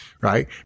right